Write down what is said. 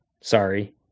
sorry